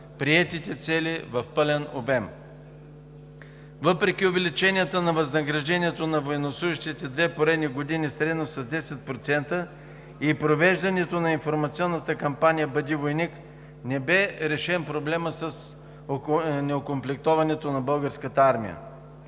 приетите цели в пълен обем. Въпреки увеличенията на възнаграждението на военнослужещите в две поредни години средно с 10% и провеждането на информационната кампания „Бъди войник“ не бе решен проблемът с неокомплектоването на Българската армия.